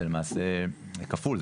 שזה למעשה כפול,